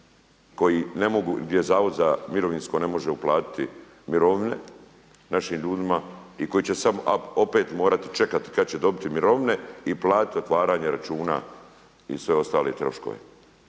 mogu, gdje Zavod za mirovinsko ne može uplatiti mirovine našim ljudima i koji će opet morati čekati kad će dobiti mirovine i platiti otvaranje računa i sve ostale troškove.